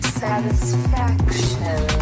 satisfaction